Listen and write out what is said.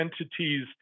entities